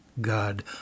God